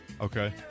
Okay